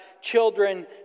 children